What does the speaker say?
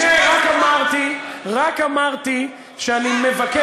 רק אמרתי שאני מבקש,